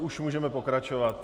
Už můžeme pokračovat?